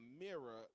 mirror